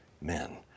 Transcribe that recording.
men